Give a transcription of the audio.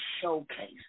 showcase